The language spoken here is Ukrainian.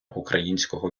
українського